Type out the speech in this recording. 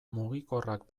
mugikorrak